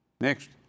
Next